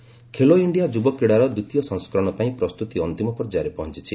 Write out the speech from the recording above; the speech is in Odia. ଖେଲୋ ଇଣ୍ଡିଆ ଖେଲୋ ଇଣ୍ଡିଆ ଯୁବ କ୍ରୀଡ଼ାର ଦ୍ୱିତୀୟ ସଂସ୍କରଣ ପାଇଁ ପ୍ରସ୍ତୁତି ଅନ୍ତିମ ପର୍ଯ୍ୟାୟରେ ପହଞ୍ଚିଛି